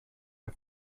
the